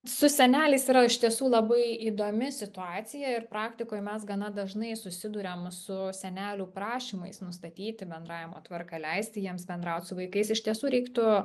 su seneliais yra iš tiesų labai įdomi situacija ir praktikoj mes gana dažnai susiduriam su senelių prašymais nustatyti bendravimo tvarką leisti jiems bendraut su vaikais iš tiesų reiktų